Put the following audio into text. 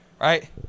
right